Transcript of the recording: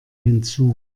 hinzu